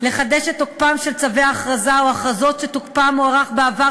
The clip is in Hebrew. לחדש את תוקפם של צווי הכרזה או הכרזות שתוקפם הוארך בעבר